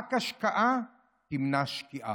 רק השקעה תמנע שקיעה.